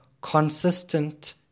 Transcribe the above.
consistent